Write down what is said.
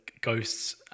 Ghost's